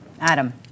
Adam